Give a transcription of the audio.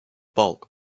bulk